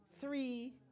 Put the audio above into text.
three